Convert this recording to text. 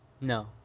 No